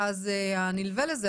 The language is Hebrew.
ואז הנלווה לזה,